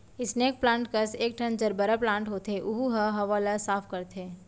snake plant कस एकठन gerbera plant होथे ओहू ह हवा ल साफ करथे